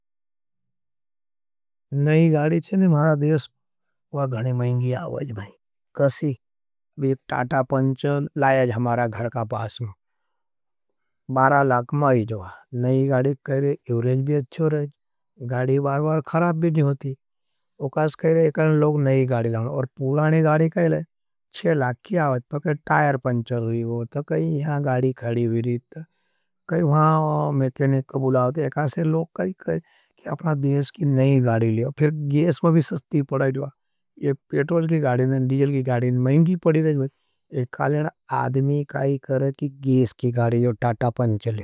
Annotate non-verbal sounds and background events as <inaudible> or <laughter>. नई गारी थे, मारा देश गणे महईंगी आओज भाई। कसी, बीप टाटा पंचल, लायेज हमारा घर का पास मुझूं। बारा लाक महाईज वाँ। नई गारी कह रहे, इवरेज भी अच्छो रहे। गारी बार बार खराब भी नहीं होती। वो कास कह रहे है, एकाले लोग नई गारी लाओं। और पुरानी गारी कह रहे है, छे लाक की आओज, पर कै टायर पंचल रही होती। कै यहां गारी खड़ी विरीत, <hesitation> कै वहां मेकेनिक को बुलाओं। एकाले लोग कह रहे है, अपना देश की नई गारी लाओं। फिर गेस में भी सस्ती पड़ाएँ। यह पेटॉल की गारी नहीं, डीजल की गारी नहीं, महिंगी पड़ी रहे हैं। एकाले लोग आदमी कह रहे है, कि गेस की गारी लाओं, टाटा पंचल लें।